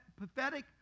pathetic